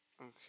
Okay